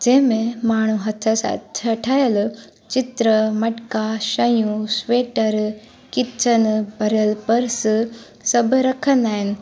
जंहिं में माण्हू हथ सां ठहियल चित्र मटिका शयूं श्वेटर कीचन भरियल पर्स सभ रखंदा आहिनि